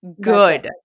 good